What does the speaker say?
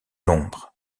l’ombre